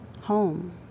home